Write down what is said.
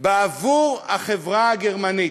בעבור החברה הגרמנית,